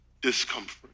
discomfort